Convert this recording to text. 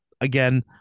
again